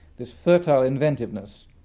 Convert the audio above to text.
this fertile inventiveness,